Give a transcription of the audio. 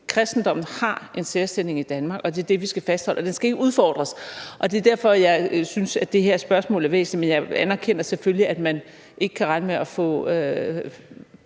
kristendommen har en særstilling i Danmark, og det er det, vi skal fastholde, og den skal ikke udfordres. Det er derfor, jeg synes, at det her spørgsmål er væsentligt. Men jeg anerkender selvfølgelig, at man ikke kan regne med at få